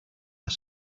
are